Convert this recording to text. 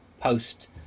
post